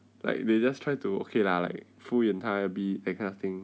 like they just try to okay lah like 敷衍她 a bit that kind of thing